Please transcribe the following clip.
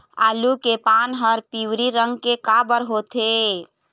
आलू के पान हर पिवरी रंग के काबर होथे?